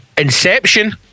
Inception